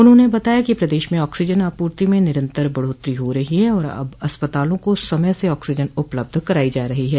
उन्होंने बताया कि प्रदेश में ऑक्सीजन आपूर्ति में निरन्तर बढ़ोत्तरी हो रही है और अब अस्पतालों को समय से ऑक्सीजन उपलब्ध कराई जा रही है